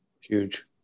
Huge